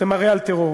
זה מראה על טרור.